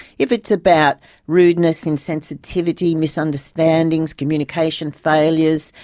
if it's about rudeness, insensitivity, misunderstandings, communication failures,